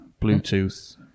Bluetooth